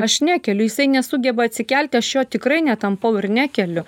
aš nekeliu jisai nesugeba atsikelti aš jo tikrai netampau ir nekeliu